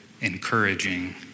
encouraging